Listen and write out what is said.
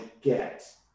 get